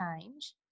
change